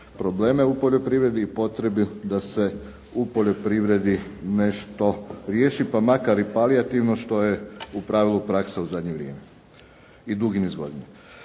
probleme u poljoprivredi da se u poljoprivredi nešto riješi, pa makar i palijativno što je u pravilu praksa u zadnje vrijeme i dugi niz godina.